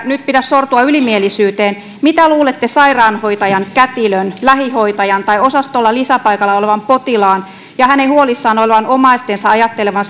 nyt pidä sortua ylimielisyyteen mitä luulette sairaanhoitajan kätilön lähihoitajan tai osastolla lisäpaikalla olevan potilaan ja hänen huolissaan olevien omaistensa ajattelevan